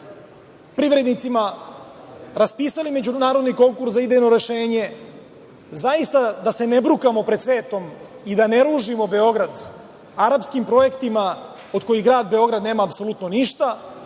privrednicima, raspisali međunarodni konkurs za idejno rešenje. Zaista da se ne brukamo pre svetom i da ne ružimo Beograd arapskim projektima od kojih Grad Beograd apsolutno nema